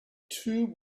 tube